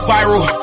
Viral